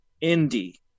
indy